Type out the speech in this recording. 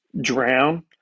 drown